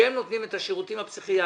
שהם נותנים את השירותים הפסיכיאטריים,